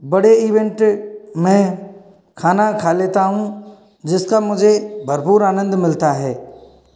बड़े इवेंट में खाना खा लेता हूँ जिसका मुझे भरपूर आनंद मिलता है